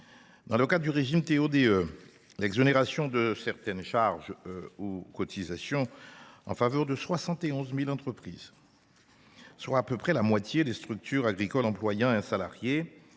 demandeurs d’emploi (TO DE), l’exonération de certaines charges ou cotisations en faveur de 71 000 entreprises – soit à peu près la moitié des structures agricoles employant un salarié